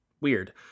weird